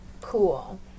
Cool